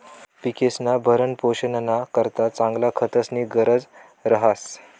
पिकेस्ना भरणपोषणना करता चांगला खतस्नी गरज रहास